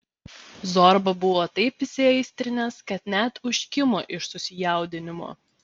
zorba buvo taip įsiaistrinęs kad net užkimo iš susijaudinimo